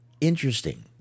interesting